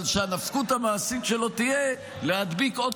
אבל שהנפקות המעשית שלו תהיה להדביק עוד